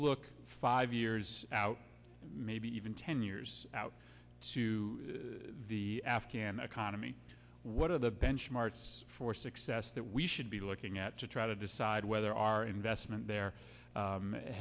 look five years out maybe even ten years out to the afghan economy what are the benchmarks for success that we should be looking at to try to decide whether our investment there